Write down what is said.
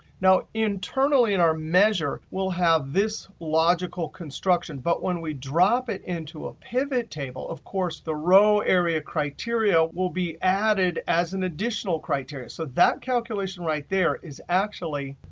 now internally, in our measure we'll have this logical construction, but when we drop it into a pivot table, of course, the row area criteria will be added as an additional criteria. so that calculation right there is actually,